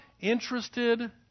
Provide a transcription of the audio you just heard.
interested